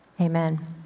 Amen